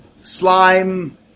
Slime